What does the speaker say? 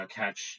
catch